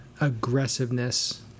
aggressiveness